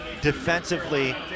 defensively